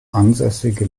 ansässige